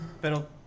Pero